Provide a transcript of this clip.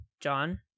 John